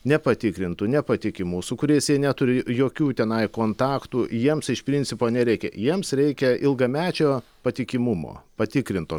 nepatikrintų nepatikimų su kuriais jie neturi jokių tenai kontaktų jiems iš principo nereikia jiems reikia ilgamečio patikimumo patikrinto